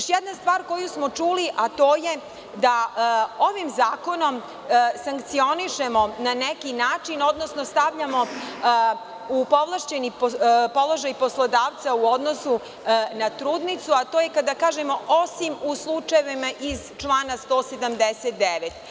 Još jedna stvar koju smo čuli, a to je da ovim zakonom sankcionišemo na neki način, odnosno stavljamo u povlašćeni položaj poslodavca u odnosu na trudnicu, a to je kada kažemo – osim u slučajevima iz člana 179.